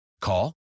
Call